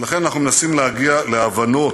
ולכן אנחנו מנסים להגיע להבנות.